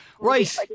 Right